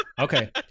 Okay